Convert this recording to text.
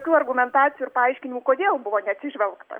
jokių argumentacijų ir paaiškinimų kodėl buvo neatsižvelgta